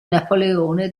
napoleone